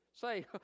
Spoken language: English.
Say